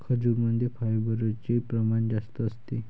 खजूरमध्ये फायबरचे प्रमाण जास्त असते